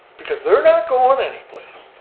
because they're not going anyplace.